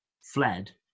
fled